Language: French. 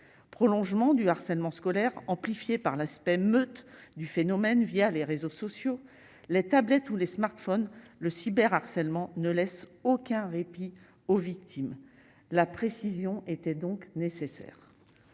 prolongement du harcèlement scolaire amplifiée par l'aspect meute du phénomène via les réseaux sociaux, les tablettes ou les smartphones le cyber harcèlement ne laissent aucun répit aux victimes la précision était donc nécessaire,